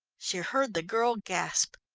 she heard the girl gasp.